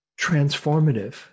transformative